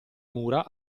mura